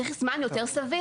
צריך זמן יותר סביר.